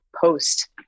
post